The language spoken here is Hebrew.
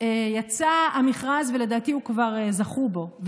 יצא המכרז, ולדעתי כבר זכו בו.